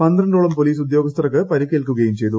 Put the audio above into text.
പന്ത്രണ്ടോളം പോലീസ് ഉദ്യോഗസ്ഥർക്ക് പരിക്കേൽക്കുകയും ചെയ്തു